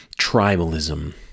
tribalism